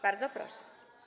Bardzo proszę.